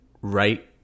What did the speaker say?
right